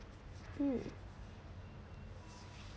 mm